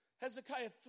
Hezekiah